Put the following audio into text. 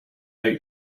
out